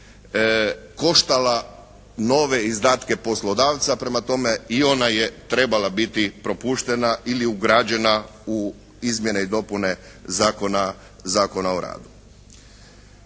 koštala nove izdatke poslodavca. Prema tome, i ona je trebala biti propuštena ili ugrađena u izmjene i dopune Zakona o radu.